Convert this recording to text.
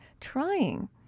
trying